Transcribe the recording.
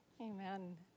Amen